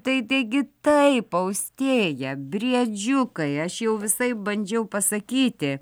tai taigi taip austėja briedžiukai aš jau visaip bandžiau pasakyti